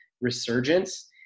resurgence